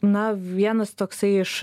na vienas toksai iš